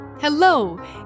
Hello